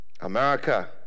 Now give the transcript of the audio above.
America